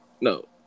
No